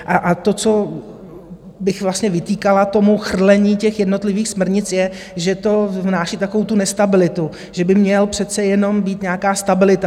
A to, co bych vlastně vytýkala tomu chrlení těch jednotlivých směrnic, je, že to vnáší takovou tu nestabilitu, že by měla přece jenom být nějaká stabilita.